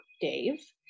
Dave